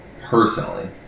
personally